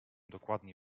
dokładnie